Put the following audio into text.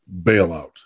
bailout